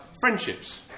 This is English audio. Friendships